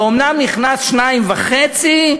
ואומנם נכנסו 2.5,